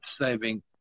saving